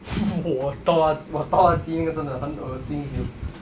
!wah! 倒垃 !wah! 倒垃圾应该真的恶心 [siol]